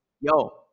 Yo